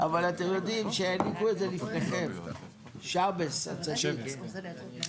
אבל אתם יודעים, שהעניקו את זה לפניכם, שבס, כן.